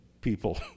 people